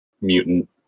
mutant